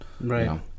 Right